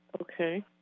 Okay